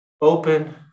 Open